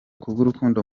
kubw’urukundo